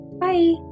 Bye